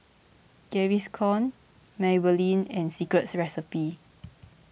Gaviscon Maybelline and Secret Recipe